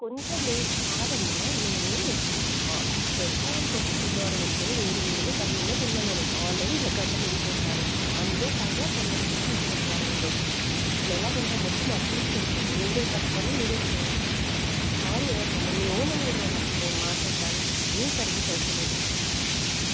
కొంచెం వేడి కాదమ్మా మేము రెస్టారెంట్కి వచ్చి ఫుడ్ ఆర్డర్ పెట్టుకొని వేడి వేడిగా కడుపు నిండా తిందామని ఆల్రెడీ ఇలా గంట లేట్ చేశారు అందులో పైగా చల్లటి ఫుడ్ తీసుకొచ్చారు మీరు ఇలా ఎలా తింటాము వద్దు మాకు తీసుకెళ్ళిపొండి మీరే కట్టుకొని మీరే తినండి సారీ ఎవరికమ్మా మీ ఓనర్ని పిలవండి అసలు నేను మాట్లాడుతాను ఏం సర్వీస్ అసలు ఇది